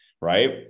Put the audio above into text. Right